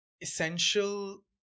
essential